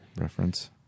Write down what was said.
Reference